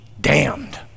damned